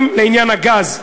עניין הגז,